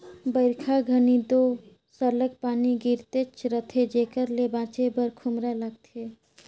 बरिखा घनी दो सरलग पानी गिरतेच रहथे जेकर ले बाचे बर खोम्हरा लागथे